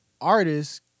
artists